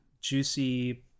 juicy